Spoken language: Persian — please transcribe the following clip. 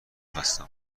هستم